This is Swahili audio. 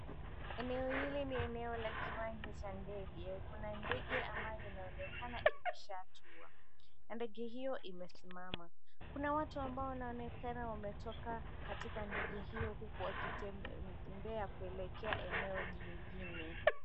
Eneo hili ni eneo la kiwanja cha ndege. Kuna ndege ambayo inaonekana ilishaa tua, na ndege hiyo imesimama. Kuna watu ambao wanaonekana wametoka katika ndege hio huku wakitembea kuelekea eneo jingine.